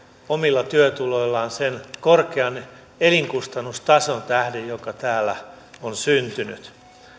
omilla työtuloillaan sen korkean elinkustannustason tähden joka täällä on syntynyt